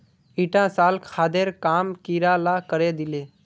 ईटा साल खादेर काम कीड़ा ला करे दिले